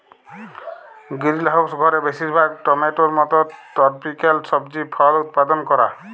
greenhouse ঘরে বেশিরভাগ টমেটোর মত টরপিক্যাল সবজি ফল উৎপাদল ক্যরা